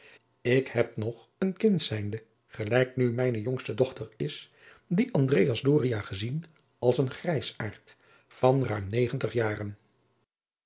ik heb nog een kind zijnde gelijk nu mijne jongste adriaan loosjes pzn het leven van maurits lijnslager dochter is dien andreas doria gezien als een grijsaard van ruim negentig jaren